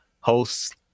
hosts